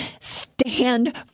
Stand